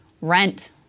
rent